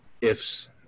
ifs